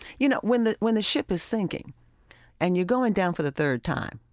you know, when the when the ship is sinking and you're going down for the third time,